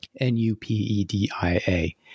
N-U-P-E-D-I-A